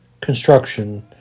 construction